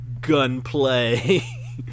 gunplay